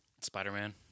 Spider-Man